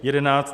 11.